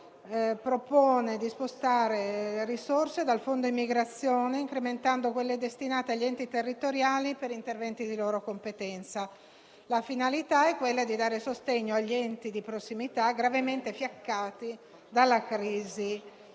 1.Tab.2.1 propone di spostare risorse dal fondo immigrazione, incrementando quelle destinate agli enti territoriali per interventi di loro competenza. La finalità è quella di dare sostegno agli enti di prossimità, gravemente fiaccati dalla crisi